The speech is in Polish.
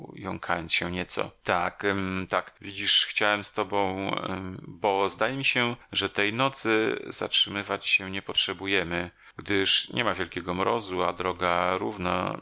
nieco tak tak widzisz chciałem z tobą bo zdaje mi się że tej nocy zatrzymywać się nie potrzebujemy gdyż niema wielkiego mrozu a droga równa